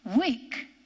weak